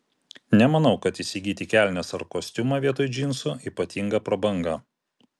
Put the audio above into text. nemanau kad įsigyti kelnes ar kostiumą vietoj džinsų ypatinga prabanga